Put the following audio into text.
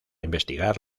investigar